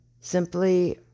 simply